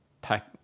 pack